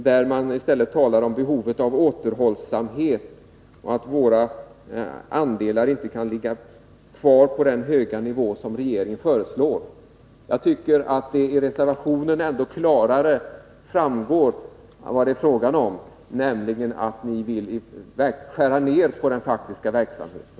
Där talar man i stället om behovet av återhållsamhet och om att våra andelar inte kan ligga kvar på den höga nivå som regeringen föreslår. Jag tycker att det i reservationen klarare framgår vad det är fråga om, nämligen att ni vill skära ned på den faktiska verksamheten.